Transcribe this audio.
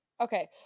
Okay